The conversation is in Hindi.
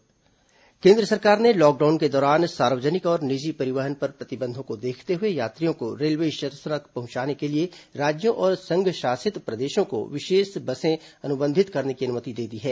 लॉकडाउन बस परिवहन केन्द्र सरकार ने लॉकडाउन के दौरान सार्वजनिक और निजी परिवहन पर प्रतिबंधों को देखते हुए यात्रियों को रेलवे स्टेशनों तक पहुंचाने के लिए राज्यों और संघ शासित प्रदेशों को विशेष बसें अनुबंधित करने की अनुमति दे दी है